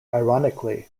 ironically